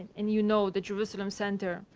and you know the jerusalem center.